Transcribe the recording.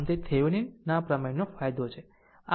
આમ તે થેવેનિન ના પ્રમેયનો ફાયદો છે